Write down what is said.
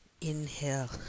inhale